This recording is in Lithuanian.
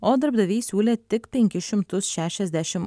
o darbdaviai siūlė tik penkis šimtus šešiasdešim